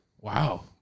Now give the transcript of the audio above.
Wow